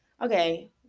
okay